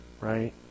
right